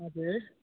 हजुर